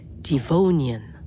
Devonian